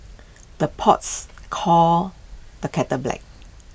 the pots calls the kettle black